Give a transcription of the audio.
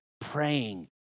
praying